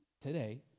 today